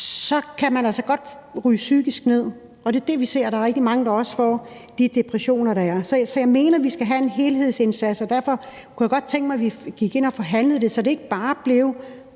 så kan de altså godt ryge ned psykisk, og vi ser rigtig mange, der får depressioner. Så jeg mener, vi skal gøre en helhedsindsats, og derfor kunne jeg godt tænke mig, at vi gik ind og forhandlede det, så det ikke bare blev